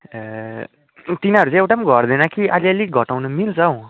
ए तिनीहरू चाहिँ एउटा पनि घट्दैन कि अलिअलिक घटाउनु मिल्छ हौ